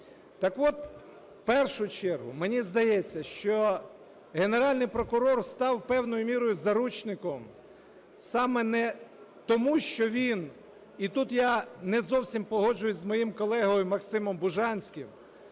Так от, в першу чергу, мені здається, що Генеральний прокурор став певною мірою заручником саме не тому, що він, і тут я не зовсім погоджуюся з моїм колегою Максимом Бужанським,